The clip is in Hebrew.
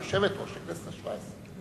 היא יושבת-ראש הכנסת השבע-עשרה.